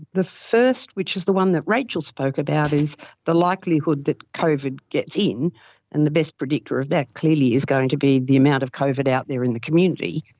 the first, which is the one that rachel spoke about, is the likelihood that covid gets in and the best predictor of that clearly is going to be the amount of covid out there in the community.